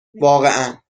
واقعا